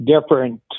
different